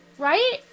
right